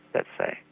let's say,